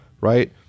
Right